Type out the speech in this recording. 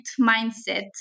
mindset